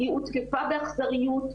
היא הותקפה באכזריות,